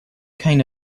kind